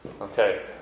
Okay